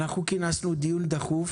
כינסנו דיון דחוף